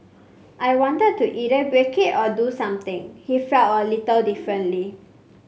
I wanted to either break it or do something he felt a little differently